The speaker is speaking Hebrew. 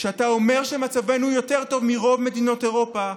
כשאתה אומר שמצבנו יותר טוב מרוב מדינות אירופה,